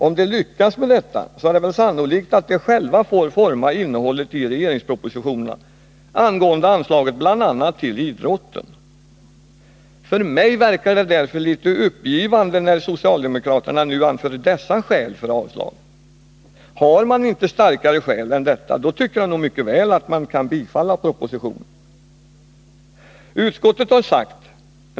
Om de lyckas med detta är det väl sannolikt att de själva får forma innehållet i regeringspropositionerna angående anslag bl.a. till idrotten. För mig verkar det därför litet uppgivet när socialdemokraterna nu anför dessa skäl för avslag. Har man inte starkare skäl än så, tycker jag nog att man mycket väl kan bifalla propositionen.